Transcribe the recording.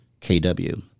KW